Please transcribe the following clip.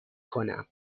کنم